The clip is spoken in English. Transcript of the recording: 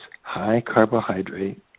high-carbohydrate